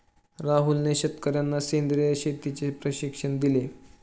राहुलने शेतकर्यांना सेंद्रिय शेतीचे प्रशिक्षण दिले